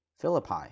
Philippi